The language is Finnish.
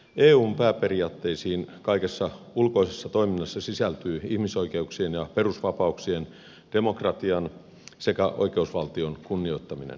eun pääperiaatteisiin kaikessa ulkoisessa toiminnassa sisältyy ihmisoikeuksien ja perusva pauksien demokratian sekä oikeusvaltion kunnioittaminen